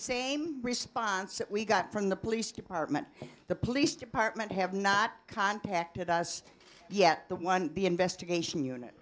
same response that we got from the police department the police department have not contacted us yet the one investigation unit